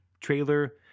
trailer